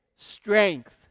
strength